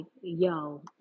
yo